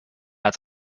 als